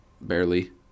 Barely